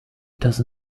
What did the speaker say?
does